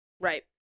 Right